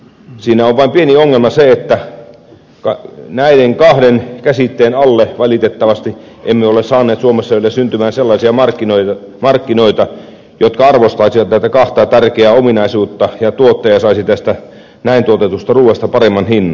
siinä on vain pieni ongelma se että näiden kahden käsitteen alle valitettavasti emme ole saaneet suomessa vielä syntymään sellaisia markkinoita jotka arvostaisivat näitä kahta tärkeää ominaisuutta ja tuottaja saisi näin tuotetusta ruuasta paremman hinnan